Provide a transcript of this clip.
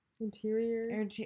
Interior